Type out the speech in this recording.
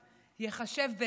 ייחשב בעיניכם כהצלחה?